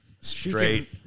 Straight